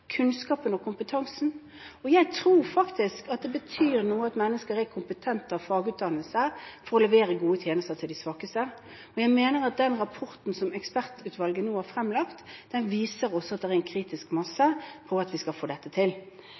kunnskapen og kompetansen. Jeg tror faktisk at det betyr noe at mennesker er kompetente og har fagutdannelse for å levere gode tjenester til de svakeste. Men jeg mener at den rapporten som ekspertutvalget nå har fremlagt, viser oss at det er en kritisk masse for at vi skal få dette til.